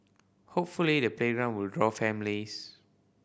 hopefully the playground will draw families